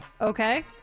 Okay